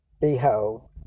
Behold